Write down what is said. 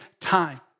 time